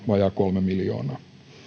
vajaa kolme miljoonaa